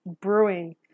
brewing